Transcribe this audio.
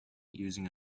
using